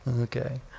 Okay